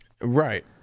Right